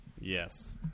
Yes